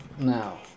Now